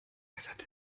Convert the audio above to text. äußerte